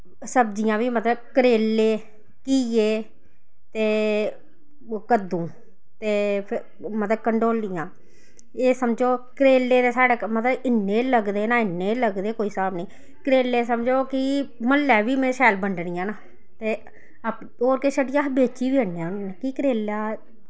सब्जियां बी मतलब करेले घिये ते कद्दू ते फिर मतलब कंडोल्लियां एह् समझो करेले ते साढ़ै मतलव इन्ने लगदे ना इन्ने लगदे ना कोई स्हाब नी करेले समझो कि म्हल्लै बी में शैल बंडनी आं ना ते होर किश हटिया अस बेच्ची बी आन्ने होन्ने कि करेला